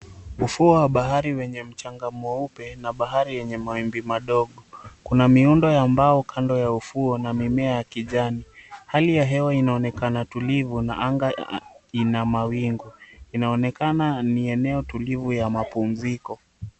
Ufuo wa bahari wenye mchanga mweupe na bahari yenye mawimbi madogo kuna miuundo ya mbao kando ya ufuo na mimea ya kijani hali ya hewa inaonekana tulivu na anga ina mawingu inaonekana ni eneo tulivu ya mapumziko.